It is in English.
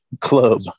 club